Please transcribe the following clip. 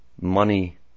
Money